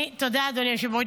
תודה, אדוני היושב-ראש.